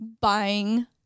buying